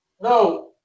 No